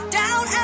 down